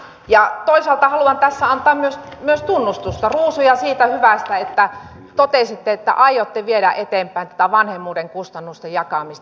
ja toisaalta haluan tässä antaa myös tunnustusta ruusuja siitä hyvästä että totesitte että aiotte viedä eteenpäin tätä vanhemmuuden kustannusten jakamista